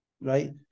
right